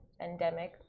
pandemic